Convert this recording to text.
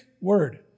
word